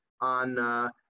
on